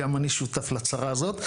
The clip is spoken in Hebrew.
גם אני שותף לצרה הזאת.